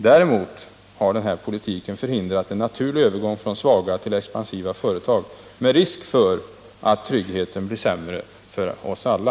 Däremot har den politiken förhindrat en naturlig övergång från svaga till expansiva företag, med risk för att tryggheten blir sämre för oss alla.